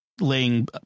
laying